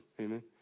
amen